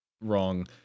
wrong